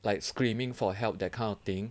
like screaming for help that kind of thing